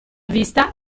vista